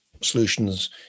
solutions